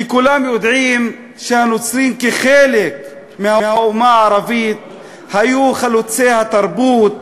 כי כולם יודעים שהנוצרים כחלק מהאומה הערבית היו חלוצי התרבות,